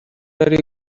are